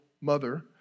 mother